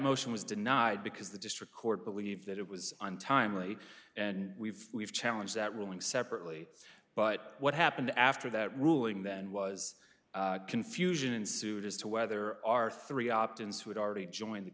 motion was denied because the district court believed that it was untimely and we've we've challenge that ruling separately but what happened after that ruling then was confusion ensued as to whether our three options who had already joined the